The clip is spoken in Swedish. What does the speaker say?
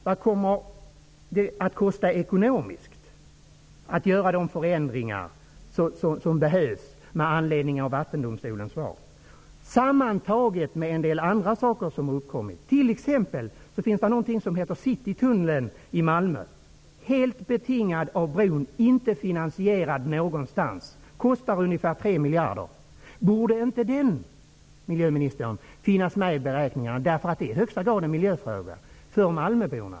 Vad kommer det att kosta ekonomiskt att göra de förändringar som behövs med anledning av Vattendomstolens svar, sammantaget med en del andra saker som har uppkommit? Det finns t.ex. någonting som heter Citytunneln i Malmö, som är helt betingad av bron, inte finansierad någonstans och kostar ungefär 3 miljarder. Borde inte den finnas med i beräkningarna? Det är i högsta grad en miljöfråga för malmöborna.